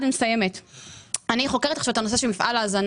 אני חוקרת עכשיו את הנושא של מפעל ההזנה.